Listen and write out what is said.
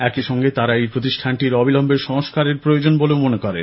একই সঙ্গে তারা এই প্রতিষ্ঠানটির অবিলম্বে সংস্কারের প্রয়োজন বলেও মনে করেন